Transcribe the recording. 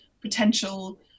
potential